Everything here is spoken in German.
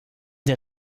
der